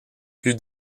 plus